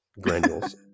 granules